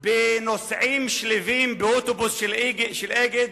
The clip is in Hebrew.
בנוסעים שלווים באוטובוס של "אגד"